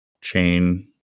chain